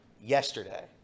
yesterday